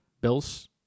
Bills